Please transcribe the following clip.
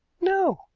no.